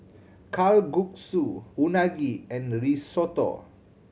Kalguksu Unagi and Risotto